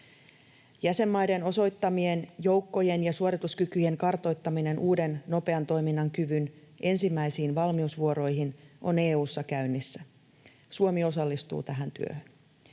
Jäsenmaiden osoittamien joukkojen ja suorituskykyjen kartoittaminen uuden nopean toiminnan kyvyn ensimmäisiin valmiusvuoroihin on EU:ssa käynnissä. Suomi osallistuu tähän työhön.